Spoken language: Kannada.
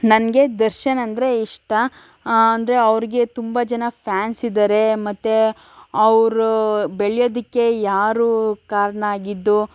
ನನಗೆ ದರ್ಶನ್ ಅಂದರೆ ಇಷ್ಟ ಅಂದರೆ ಅವ್ರಿಗೆ ತುಂಬ ಜನ ಫ್ಯಾನ್ಸ್ ಇದ್ದಾರೆ ಮತ್ತು ಅವರು ಬೆಳೆಯೋದಕ್ಕೆ ಯಾರು ಕಾರಣ ಆಗಿದ್ದು